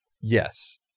Yes